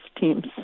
teams